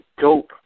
dope